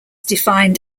defined